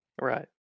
Right